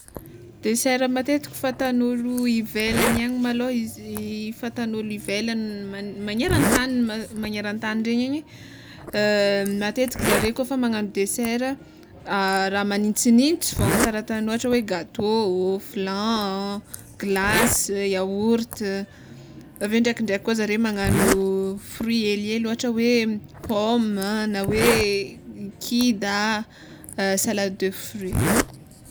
Desera matetika fataon'olo ivelany any malôha izy fataon'olo ivelany magnerantany magnerantagny ndregny igny matetiky zare kôfa magnagno desera raha magnintsignintsy fôgna kara ataonao ôhatra hoe gatô, flan, glasy, yaorta, aveo ndraikindraiky fô zareo magnao fruit helihely pomme na hoe kida salade de fruit.